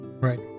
Right